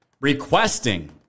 requesting